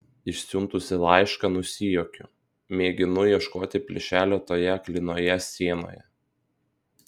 išsiuntusi laišką nusijuokiu mėginu ieškoti plyšelio toje aklinoje sienoje